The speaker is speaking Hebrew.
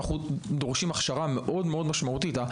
אנחנו דורשים הכשרה מאוד מאוד משמעותית.